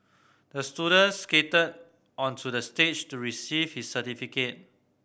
the student skated onto the stage to receive his certificate